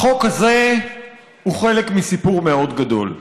החוק הזה הוא חלק מסיפור מאוד גדול,